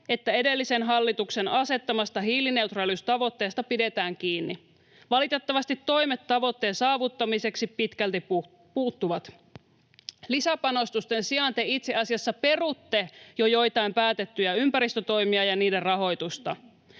että edellisen hallituksen asettamasta hiilineutraaliustavoitteesta pidetään kiinni. Valitettavasti toimet tavoitteen saavuttamiseksi pitkälti puuttuvat. Lisäpanostusten sijaan te itse asiassa perutte joitain jo päätettyjä ympäristötoimia ja niiden rahoitusta.